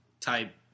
type